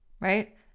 Right